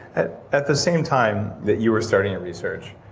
at at the same time that you were starting in research,